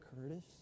Curtis